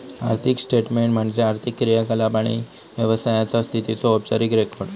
आर्थिक स्टेटमेन्ट म्हणजे आर्थिक क्रियाकलाप आणि व्यवसायाचा स्थितीचो औपचारिक रेकॉर्ड